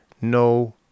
no